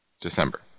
December